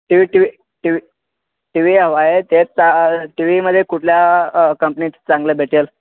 T V TV TV TV हवा आहे ते टी व्हीमध्ये कुठल्या कंपनीचं चांगलं भेटेल